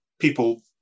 people